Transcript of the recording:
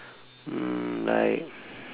mm like